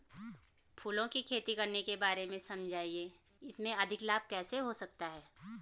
फूलों की खेती करने के बारे में समझाइये इसमें अधिक लाभ कैसे हो सकता है?